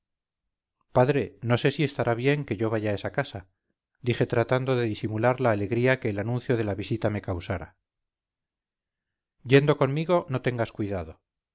padre no sé si estará bien que yo vaya a esa casa dije tratando de disimular la alegría que el anuncio de la visita me causara yendo conmigo no tengas cuidado